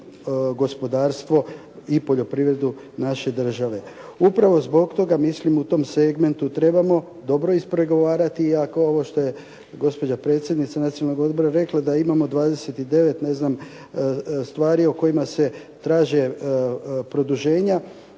gospodarstvo i poljoprivredu naše države. Upravo zbog toga mislim u tom segmentu trebamo dobro ispregovarati, iako ovo što je gospođa predsjednica Nacionalnog odbora rekla da imamo 29 ne znam stvari o kojima se traže produženja,